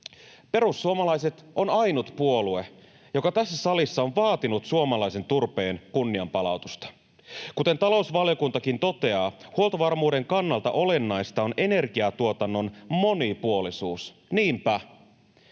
Perussuomalaiset on ainut puolue, joka tässä salissa on vaatinut suomalaisen turpeen kunnianpalautusta. Kuten talousvaliokuntakin toteaa, huoltovarmuuden kannalta olennaista on energiatuotannon monipuolisuus — niinpä